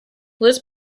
liz